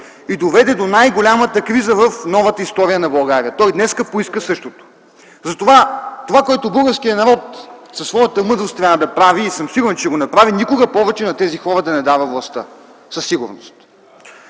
ни доведе до най-голямата криза в новата история на България. Той днес поиска същото. Затова, което българският народ със своята мъдрост трябва да прави, и съм сигурен, че ще го направи, е никога повече на тези хора да не дава властта! Със сигурност!